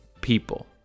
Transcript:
people